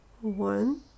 one